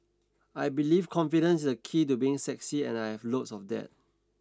I believe confidence is the key to being sexy and I have loads of that